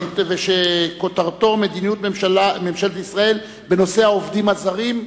וכותרתה: מדיניות ממשלת ישראל בנושא העובדים הזרים,